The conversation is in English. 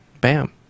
Bam